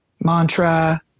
mantra